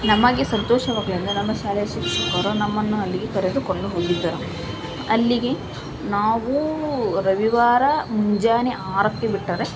ನಮಗೆ ಸಂತೋಷವಾಗಿ ಅಂದರೆ ನಮ್ಮ ಶಾಲೆಯ ಶಿಕ್ಷಕರು ನಮ್ಮನ್ನು ಅಲ್ಲಿಗೆ ಕರೆದುಕೊಂಡು ಹೋಗಿದ್ದರು ಅಲ್ಲಿಗೆ ನಾವು ರವಿವಾರ ಮುಂಜಾನೆ ಆರಕ್ಕೆ ಬಿಟ್ಟರೆ